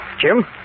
Jim